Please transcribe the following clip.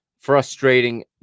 Frustrating